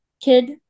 kid